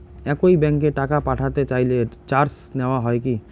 একই ব্যাংকে টাকা পাঠাতে চাইলে চার্জ নেওয়া হয় কি?